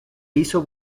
hizo